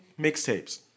mixtapes